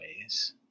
ways